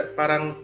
parang